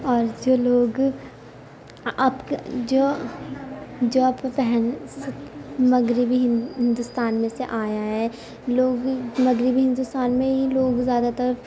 اور جو لوگ جو جو آپ کو پہن مغربی ہندوستان میں سے آیا ہے لوگ مغربی ہندوستان میں ہی لوگ زیادہ تر